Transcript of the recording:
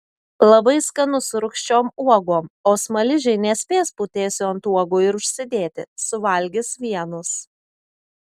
labai skanu su rūgščiom uogom o smaližiai nespės putėsių ant uogų ir užsidėti suvalgys vienus